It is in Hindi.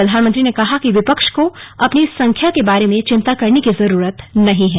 प्रधानमंत्री ने कहा कि विपक्ष को अपनी संख्या के बारे में चिंता करने की जरूरत नहीं है